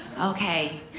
Okay